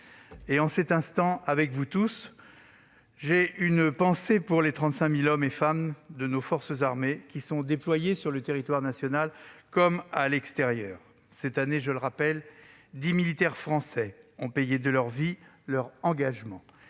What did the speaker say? En cet instant, avec vous tous, j'ai une pensée pour les 35 000 hommes et femmes de nos forces armées, déployés sur le territoire national comme à l'extérieur. Cette année, je le rappelle, dix militaires français ont payé de leur vie leur engagement,